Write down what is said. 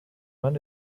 man